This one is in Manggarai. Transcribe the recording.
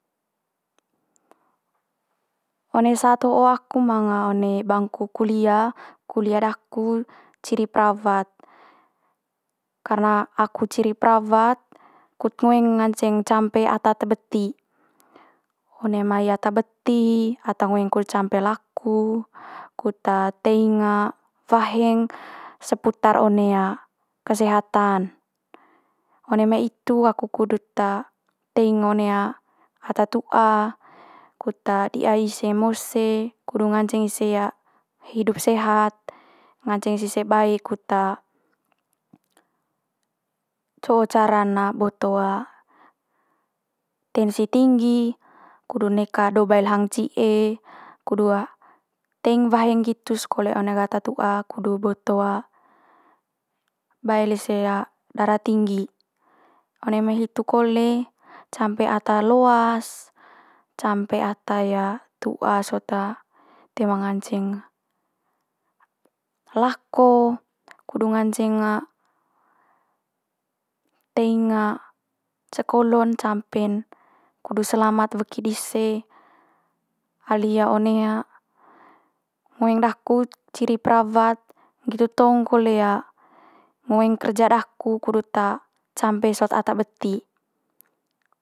one saat ho aku manga one bangku kulia, kulia daku ciri perawat. Karna aku ciri perawat kut ngoeng nganceng campe ata te beti. One mai ata beti ata ngoeng kut campe laku kut teing waheng seputar one kesehatan. One mai itu aku kudut teing one ata tu'a kut di'a ise mose kudu nganceng ise hidup sehat, nganceng sise bae kut co cara'n boto tensi tinggi, kudu neka do bail hang ci'e, kudu teing waheng nggitu's kole one ge ata tu'a, kudu boto bae lise dara tinggi. One mai hitu kole campe ata loas, campe ata tu'a sot toe ma nganceng lako, kudu nganceng teing ceke olo'n campe'n kudu selamat weki dise ali one ngoeng daku ciri perawat nggitu tong kole ngoeng kerja daku kudut campe sot ata beti.